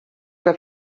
que